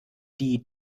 die